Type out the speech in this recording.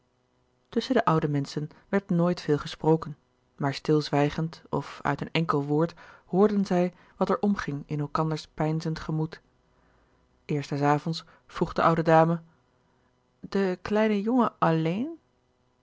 tusschen de oude menschen werd nooit veel gesproken maar stilzwijgend of uit een enkel woord hoorden zij wat er omging in elkanders peinzend gemoed eerst des avonds vroeg de oude dame louis couperus de boeken der kleine zielen de kleine jongen alleen